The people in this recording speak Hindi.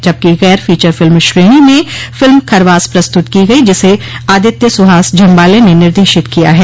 जबकि गैर फोचर फिल्म श्रेणी में फिल्म खरवास प्रस्तुत की गयी जिसे आदित्य सुहास झम्बाले ने निर्देशित किया है